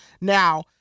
Now